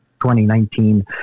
2019